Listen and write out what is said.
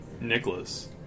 Nicholas